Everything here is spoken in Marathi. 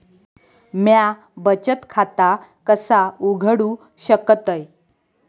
म्या बचत खाता कसा उघडू शकतय?